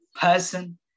person